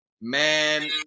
Man